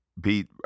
beat